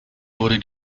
wurde